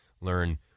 learn